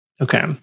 Okay